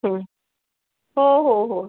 हो हो हो